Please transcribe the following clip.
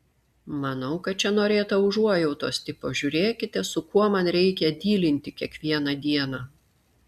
manau kad čia norėta užuojautos tipo žiūrėkite su kuo man reikia dylinti kiekvieną dieną